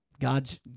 God's